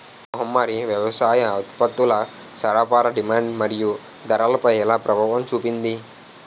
మహమ్మారి వ్యవసాయ ఉత్పత్తుల సరఫరా డిమాండ్ మరియు ధరలపై ఎలా ప్రభావం చూపింది?